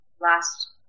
last